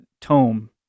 tome